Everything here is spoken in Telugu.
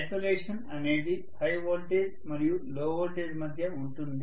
ఐసోలేషన్ అనేది హై వోల్టేజ్ మరియు లో వోల్టేజ్ మధ్య ఉంటుంది